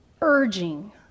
urging